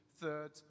third